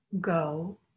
go